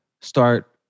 start